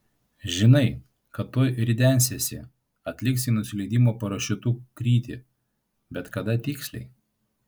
žinai kad tuoj ridensiesi atliksi nusileidimo parašiutu krytį bet kada tiksliai